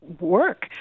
work